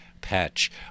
patch